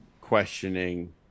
questioning